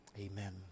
Amen